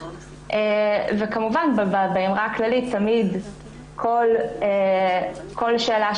כמובן באמרה הכללית תמיד כל שאלה